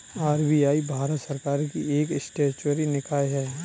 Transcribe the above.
RBI Bharat सरकार की एक स्टेचुअरी निकाय है